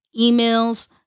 emails